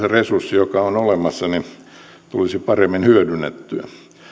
joka on olemassa tulisi paremmin hyödynnettyä